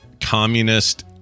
communist-